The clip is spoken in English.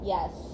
Yes